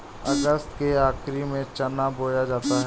अगस्त के आखिर में चना बोया जाता है